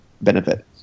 benefit